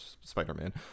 spider-man